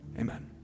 Amen